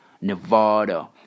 Nevada